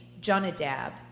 Jonadab